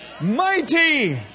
Mighty